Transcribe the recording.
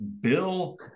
Bill